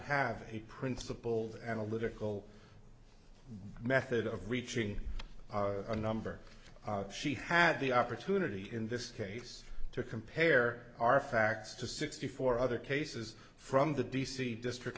have a principled analytical method of reaching a number she had the opportunity in this case to compare our facts to sixty four other cases from the d c district